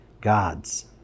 God's